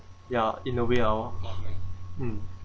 ya in a way orh